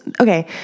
okay